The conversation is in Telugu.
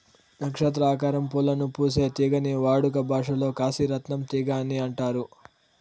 నక్షత్ర ఆకారం పూలను పూసే తీగని వాడుక భాషలో కాశీ రత్నం తీగ అని అంటారు